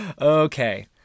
okay